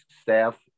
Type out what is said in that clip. staff